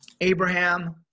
Abraham